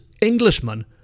Englishman